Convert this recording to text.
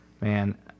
Man